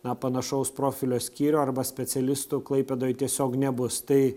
na panašaus profilio skyrių arba specialistų klaipėdoj tiesiog nebus tai